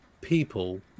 people